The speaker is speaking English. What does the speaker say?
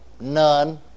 None